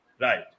Right